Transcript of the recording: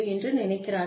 என்று நினைக்கிறார்கள்